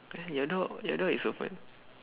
open your door your door is open